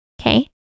Okay